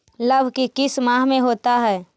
लव की किस माह में होता है?